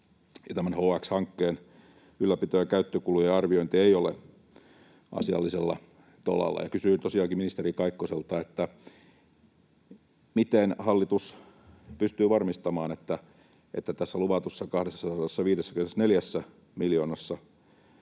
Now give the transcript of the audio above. tämän HX-hankkeen ylläpito- ja käyttökulujen arviointi ei ole asiallisella tolalla. Kysyin tosiaankin ministeri Kaikkoselta, miten hallitus pystyy varmistamaan, että tässä luvatussa 254 miljoonassa